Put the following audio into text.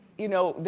you know,